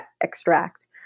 extract